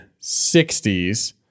60s